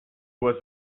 was